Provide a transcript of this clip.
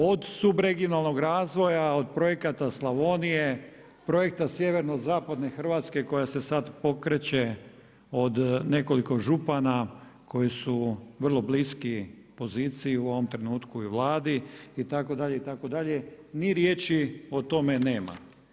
Od subregionalnog razvoja, od projekata Slavonije, projekta sjeverozapadne Hrvatske koja se sada pokreće, od nekoliko župana koji su vrlo bliski poziciji u ovom trenutku i Vladi, itd., itd., ni riječi o tome nema.